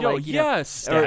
Yes